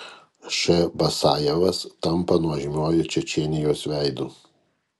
š basajevas tampa nuožmiuoju čečėnijos veidu